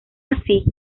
así